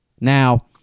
Now